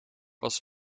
was